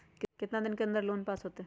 कितना दिन के अन्दर में लोन पास होत?